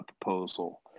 proposal